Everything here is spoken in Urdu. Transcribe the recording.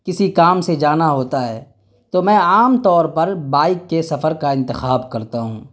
کسی کام سے جانا ہوتا ہے تو میں عام طور پر بائک کے سفر کا انتخاب کرتا ہوں